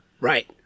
Right